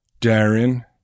Darren